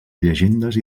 llegendes